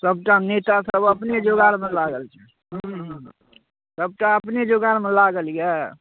सबटा नेतासब अपने जोगारमे लागल छै हुँ हुँ सबटा अपने जोगारमे लागल अइ